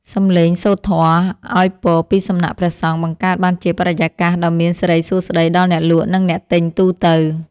សម្លេងសូត្រធម៌ឱ្យពរពីសំណាក់ព្រះសង្ឃបង្កើតបានជាបរិយាកាសដ៏មានសិរីសួស្ដីដល់អ្នកលក់ និងអ្នកទិញទូទៅ។